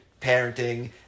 parenting